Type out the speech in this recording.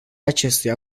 acestuia